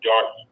Dark